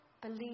believe